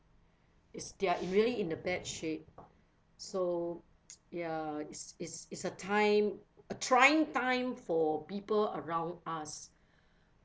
is they're really in a bad shape so ya it's it's it's a time a trying time for people around us